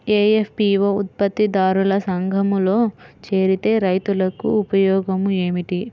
FPO ఉత్పత్తి దారుల సంఘములో చేరితే రైతులకు ఉపయోగము ఏమిటి?